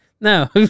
No